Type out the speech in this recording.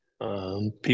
People